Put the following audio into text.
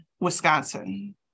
Wisconsin